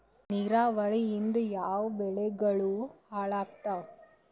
ನಿರಾವರಿಯಿಂದ ಯಾವ ಬೆಳೆಗಳು ಹಾಳಾತ್ತಾವ?